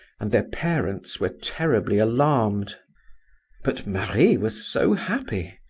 and their parents were terribly alarmed but marie was so happy.